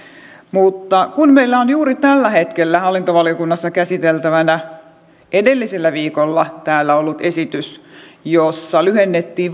mutta kun meillä on juuri tällä hetkellä hallintovaliokunnassa käsiteltävänä edellisellä viikolla täällä ollut esitys jossa lyhennettäisiin